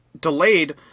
delayed